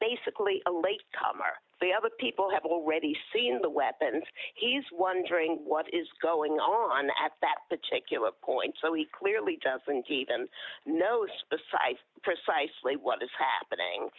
basically a late comer the other people have already seen the weapons he's wondering what is going on at that particular point so he clearly doesn't even knows the size precisely what is happening